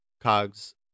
Cogs